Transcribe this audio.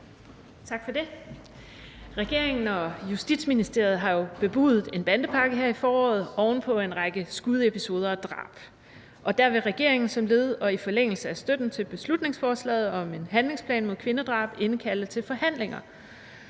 Regeringen og Justitsministeriet har bebudet en bandepakke her i foråret oven på en række skudepisoder og drab, så vil regeringen som led i og i forlængelse af støtten til beslutningsforslaget om en handlingsplan mod kvindedrab indkalde til forhandlinger